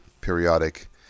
periodic